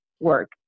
work